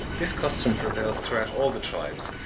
this custom prevails throughout all the tribes,